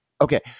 Okay